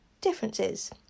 differences